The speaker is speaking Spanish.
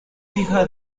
hija